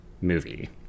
movie